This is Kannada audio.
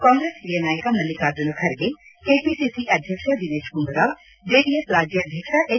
ಕಾಂಗ್ರೆಸ್ ಹಿರಿಯ ನಾಯಕ ಮಲ್ಲಿಕಾರ್ಜುನ ಖರ್ಗೆ ಕೆಪಿಸಿಸಿ ಅಧ್ಯಕ್ಷ ದಿನೇಶ್ ಗುಂಡೂರಾವ್ ಜೆಡಿಎಸ್ ರಾಜ್ಯಾಧ್ಯಕ್ಷ ಹೆಚ್